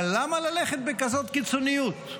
אבל למה ללכת בכזאת קיצוניות?